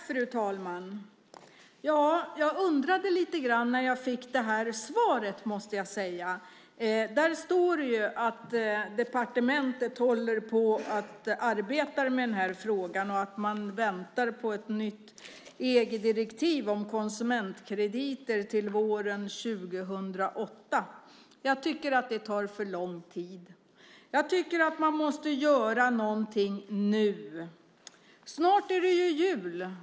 Fru talman! Jag undrade lite grann när jag fick det här svaret; det måste jag säga. I svaret står det att departementet arbetar med frågan och att man väntar på ett nytt EG-direktiv om konsumentkrediter under våren 2008. Jag tycker att det tar för lång tid och att man måste göra någonting nu . Snart är det jul.